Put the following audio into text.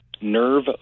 nerve